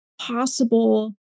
possible